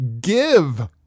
give